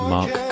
Mark